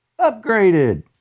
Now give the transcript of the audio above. upgraded